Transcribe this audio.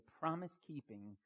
promise-keeping